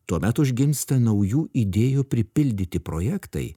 tuomet užgimsta naujų idėjų pripildyti projektai